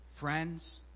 Friends